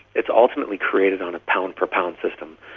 it is ultimately created on a pound for pound system.